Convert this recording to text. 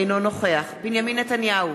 אינו נוכח בנימין נתניהו,